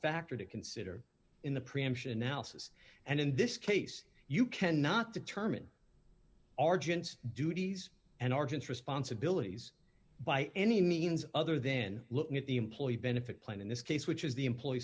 factor to consider in the preemption analysis and in this case you cannot determine arjun's duties and argent responsibilities by any means other then looking at the employee benefit plan in this case which is the employee